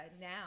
now